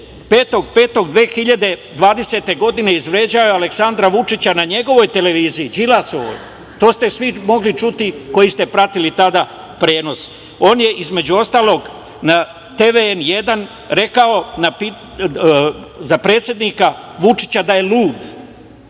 05.05.2020. godine izvređao je Aleksandra Vučića na njegovoj televiziji, Đilasovoj. To ste svi mogli čuti koji ste pratili tada prenos. On je, između ostalog, na TV N1 rekao za predsednika Vučića da je lud,